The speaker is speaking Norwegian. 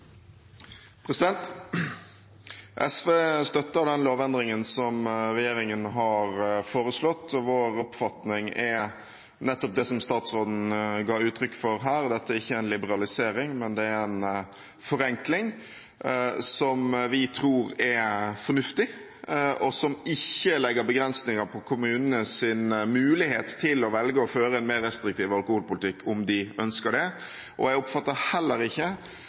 omme. SV støtter den lovendringen som regjeringen har foreslått. Vår oppfatning er nettopp det som statsråden ga uttrykk for her, at dette ikke er en liberalisering, men en forenkling, som vi tror er fornuftig, og som ikke legger begrensninger på kommunenes mulighet til å velge å føre en mer restriktiv alkoholpolitikk, om de ønsker det. Jeg oppfatter det heller ikke